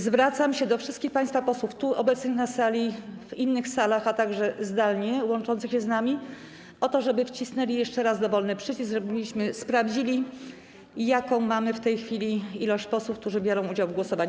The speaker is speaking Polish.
Zwracam się do wszystkich państwa posłów obecnych tu, na sali, w innych salach, a także zdalnie łączących się z nami o to, żeby wcisnęli jeszcze raz dowolny przycisk, żebyśmy sprawdzili, jaką mamy w tej chwili liczbę posłów, którzy biorą udział w głosowaniu.